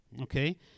okay